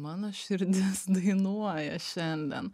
mano širdis dainuoja šiandien